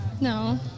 No